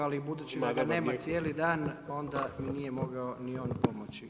Ali budući da ga nema cijeli dan onda nije mogao ni on pomoći